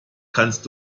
kannst